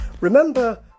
Remember